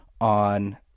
on